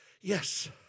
Yes